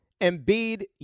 Embiid